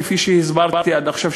כפי שהסברתי עד עכשיו,